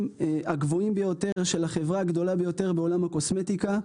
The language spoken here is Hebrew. הגבוהים ביותר של החברה הגדולה ביותר בעולם הקוסמטיקה.